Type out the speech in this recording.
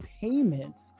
payments